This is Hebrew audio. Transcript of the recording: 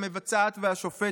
המבצעת והשופטת,